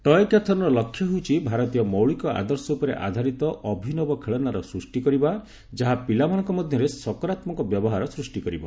ଟଏ କ୍ୟାଥନ୍ର ଲକ୍ଷ୍ୟ ହେଉଛି ଭାରତୀୟ ମୌଳିକ ଆଦର୍ଶ ଉପରେ ଆଧାରିତ ଅଭିନବ ଖେଳନାର ସୃଷ୍ଟି କରିବା ଯାହା ପିଲାମାନଙ୍କ ମଧ୍ୟରେ ସକରାତ୍ମକ ବ୍ୟବହାର ସୃଷ୍ଟି କରିବ